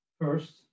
First